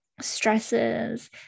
stresses